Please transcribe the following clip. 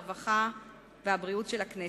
הרווחה והבריאות של הכנסת.